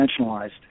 dimensionalized